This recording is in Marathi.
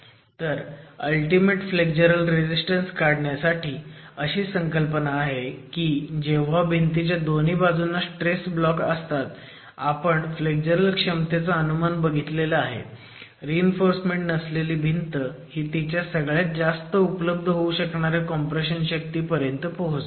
तर अल्टीमेट फ्लेग्जरल रेझीस्टन्स काढण्यासाठी अशी संकल्पना आहे की जेव्हा भिंतीच्या दोन्ही बाजूंना स्ट्रेस ब्लॉक असतात आपण फ्लेग्जरल क्षमतेचं अनुमान बघितलं आहे रीइन्फोर्समेंट नसलेली भिंत ही तिच्या सगळ्यात जास्त उपलब्ध होऊ शकणाऱ्या कॉम्प्रेशन शक्ती पर्यंत पोहोचते